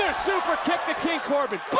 super kick to king corbin.